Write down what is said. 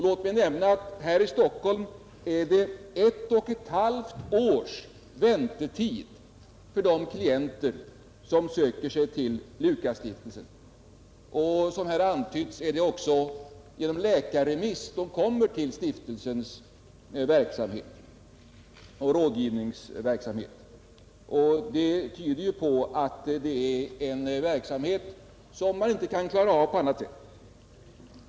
Låt mig nämna att här i Stockholm är det ett och ett halvt års väntetid för de klienter som söker sig till Lukasstiftelsen. Som här har antytts är det också genom läkarremiss de kommer till stiftelsens rådgivningsverksamhet. Det tyder ju på att det är en verksamhet som man inte kan klara av på annat sätt.